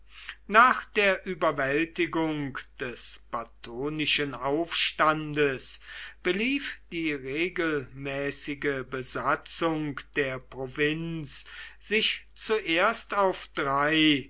nach der überwältigung des batonischen aufstandes belief die regelmäßige besatzung der provinz sich zuerst auf drei